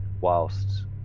whilst